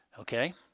Okay